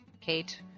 Kate